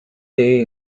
day